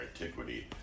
antiquity